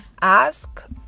ask